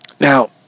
Now